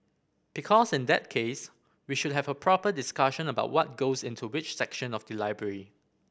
because in that case we should have a proper discussion about what goes into which section of the library